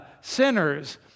sinners